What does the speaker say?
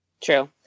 True